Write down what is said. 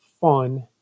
fun